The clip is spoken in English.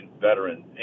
veterans